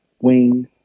wing